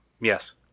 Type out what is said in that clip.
Yes